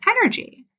energy